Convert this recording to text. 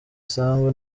isambu